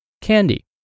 candy